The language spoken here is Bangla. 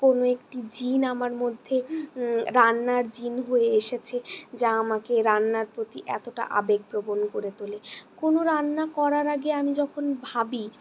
কোনো একটি জিন আমার মধ্যে রান্নার জিন হয়ে এসেছে যা আমাকে রান্নার প্রতি এতটা আবেগপ্রবণ করে তোলে কোনো রান্না করার আগে আমি যখন ভাবি